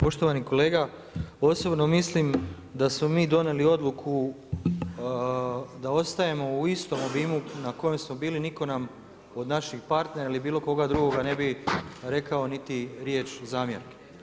Poštovani kolega, osobno mislim da smo mi donijeli odluku da ostajemo u istom obimu na kojem smo bili, nitko nam od naših partnera ili bilo koga drugoga ne bi rekao niti riječ zamjerke.